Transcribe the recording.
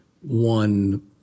one